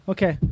Okay